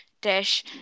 dish